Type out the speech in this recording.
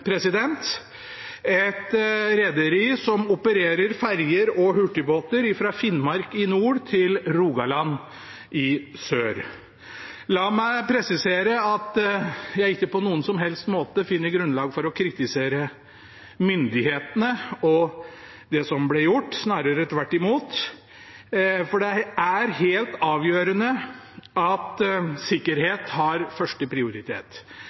et rederi som opererer ferjer og hurtigbåter fra Finnmark i nord til Rogaland i sør. La meg presisere at jeg ikke på noen som helst måte finner grunnlag for å kritisere myndighetene og det som ble gjort, snarere tvert imot, for det er helt avgjørende at